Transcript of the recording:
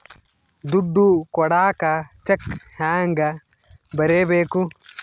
ದುಡ್ಡು ಕೊಡಾಕ ಚೆಕ್ ಹೆಂಗ ಬರೇಬೇಕು?